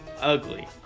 Ugly